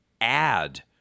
add